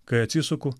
kai atsisuku